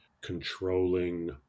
controlling